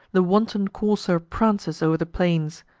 the wanton courser prances o'er the plains,